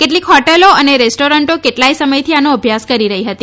કેટલીક હોટલો અને રેસ્ટોરન્ટો કેટલાય સમયથી આનો અભ્યાસ કરી રહી હતી